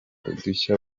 udushya